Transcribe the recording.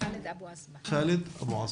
אני שמח